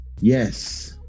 Yes